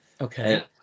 Okay